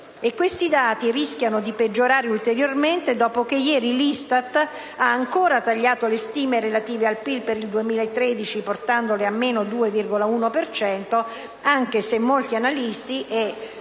Questi dati rischiano di peggiorare ulteriormente, dopo che ieri l'ISTAT ha tagliato ancora le stime relative al PIL per il 2013, portandole a meno 2,1 per cento, anche se molti analisti